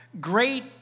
Great